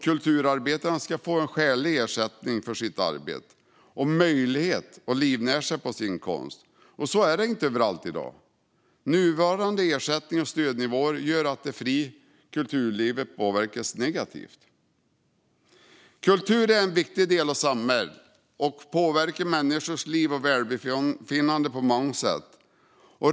Kulturarbetarna ska få skälig ersättning för sitt arbete och möjlighet att livnära sig på sin konst. Så är det inte överallt i dag. De nuvarande ersättnings och stödnivåerna gör att det fria kulturlivet påverkas negativt. Kultur är en viktig del av samhället och påverkar människors liv och välbefinnande på många sätt.